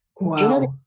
Wow